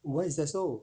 why is that so